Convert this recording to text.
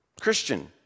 Christian